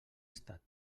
estat